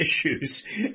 issues